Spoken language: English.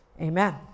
Amen